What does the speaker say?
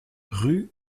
rue